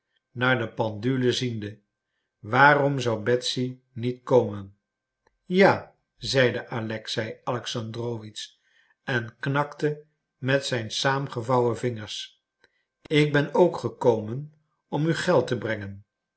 naar de pendule ziende waarom zou betsy niet komen ja zeide alexei alexandrowitsch en knakte met de saamgevouwen vingers ik ben ook gekomen om u geld te brengen